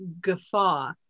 guffaw